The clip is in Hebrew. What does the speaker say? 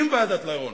ועדת-לרון,